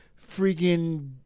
freaking